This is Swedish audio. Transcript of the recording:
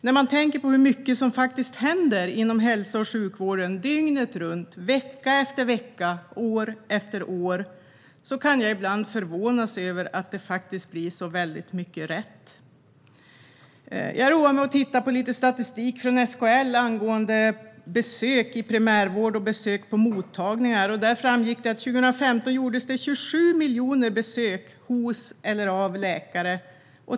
När man tänker på hur mycket som faktiskt händer inom hälso och sjukvården dygnet runt, vecka efter vecka och år efter år kan jag ibland förvånas över att det faktiskt blir så väldigt mycket rätt. Jag roade mig med att titta på statistik från SKL angående besök i primärvård och besök på mottagningar. Där framgick att det 2015 gjordes 27 miljoner besök hos eller av läkare.